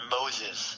Moses